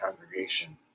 congregation